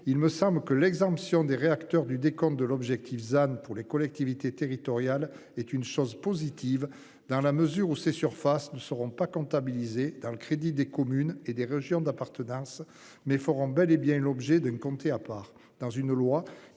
il me semble que l'exemption des réacteurs du décompte de l'objectif than pour les collectivités territoriales est une chose positive dans la mesure où ces surfaces ne seront pas comptabilisés dans le crédit des communes et des régions d'appartenance mais fort bel et bien l'objet d'un comté à part dans une loi